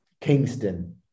Kingston